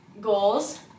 goals